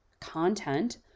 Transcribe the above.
content